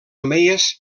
omeies